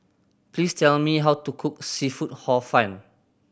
please tell me how to cook seafood Hor Fun